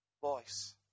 voice